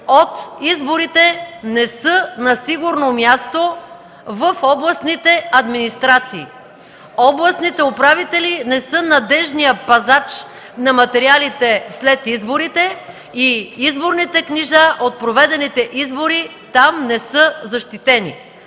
от изборите не са на сигурно място в областните администрации. Областните управители не са надеждният пазач на материалите след изборите и изборните книжа от проведените избори там не са защитени.